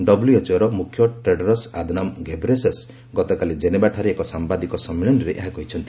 ଡବ୍ଲ୍ୟଏଚ୍ଓର ମୁଖ୍ୟ Tedros Adhanom Ghebreyesus ଗତକାଲି ଜେନେଭାଠାରେ ଏକ ସାୟାଦିକ ସମ୍ମିଳନୀରେ ଏହା କହିଛନ୍ତି